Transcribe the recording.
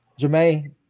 Jermaine